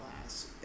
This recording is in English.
class